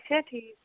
چھےٚ ٹھیٖک